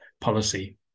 policy